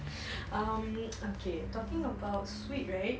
um okay talking about sweet right